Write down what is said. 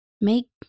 make